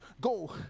go